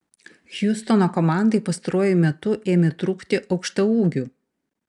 hjustono komandai pastaruoju metu ėmė trūkti aukštaūgių